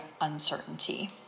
uncertainty